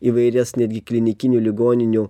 įvairias netgi klinikinių ligoninių